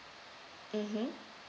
mmhmm